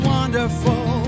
wonderful